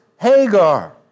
Hagar